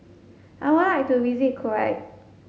I would like to visit Kuwait